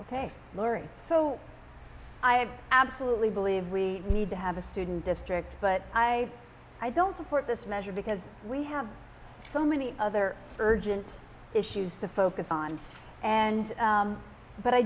laurie so i absolutely believe we need to have a student district but i i don't support this measure because we have so many other urgent issues to focus on and but i